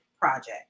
project